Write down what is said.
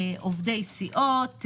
עובדי סיעות,